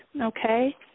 okay